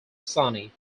sony